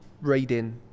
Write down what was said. reading